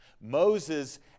Moses